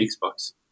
Xbox